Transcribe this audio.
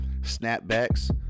snapbacks